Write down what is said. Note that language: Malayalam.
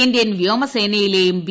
ഇന്ത്യൻ വ്യോമസേനയിലെയും ബി